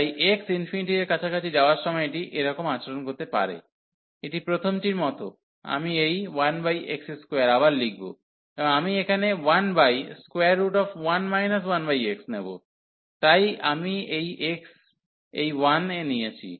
তাই x এর কাছাকাছি যাওয়ার সময় এটি এরকম আচরণ করে এটি প্রথমটির মতো আমি এই 1x2 আবার লিখব এবং আমি এখানে 11 1x নেব তাই আমি এই x এই 1 এ নিয়েছি